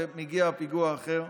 ומגיע פיגוע אחר.